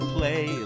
Play